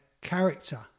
character